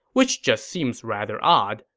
which just seems rather odd.